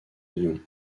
lyon